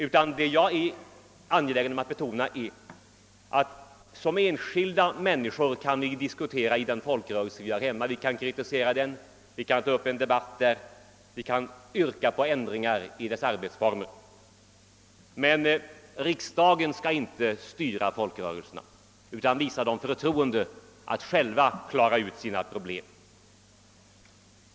Vad jag är angelägen om att betona är att vi som enskilda människor kan diskutera i den folkrörelse där vi hör hemma; där kan vi kritisera och ta upp en debatt och yrka på ändringar i arbetsformerna. Riksdagen skall inte styra folkrörelserna, utan visa dem förtroendet att själva klara ut sina problem.